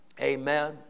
amen